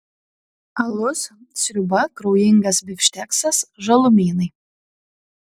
alus sriuba kraujingas bifšteksas žalumynai